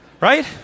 right